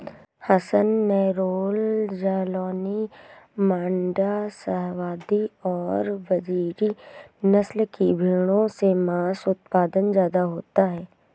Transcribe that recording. हसन, नैल्लोर, जालौनी, माण्ड्या, शाहवादी और बजीरी नस्ल की भेंड़ों से माँस उत्पादन ज्यादा होता है